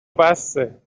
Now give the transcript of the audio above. بسه